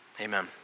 Amen